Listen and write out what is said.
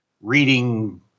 reading